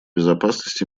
безопасность